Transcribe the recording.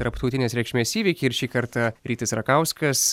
tarptautinės reikšmės įvykį ir šį kartą rytis rakauskas